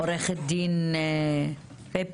עורכת הדין פפי